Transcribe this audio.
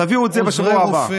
תביאו את זה בשבוע הבא.